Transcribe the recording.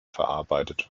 verarbeitet